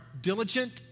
diligent